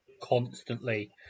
constantly